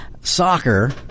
soccer –